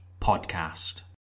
podcast